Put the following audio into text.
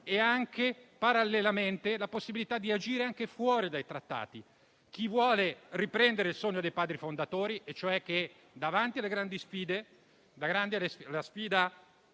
e, parallelamente, la possibilità di agire anche fuori dai trattati. C'è chi vuole riprendere il sogno dei Padri fondatori: davanti alle grandi